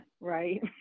right